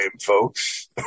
folks